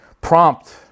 prompt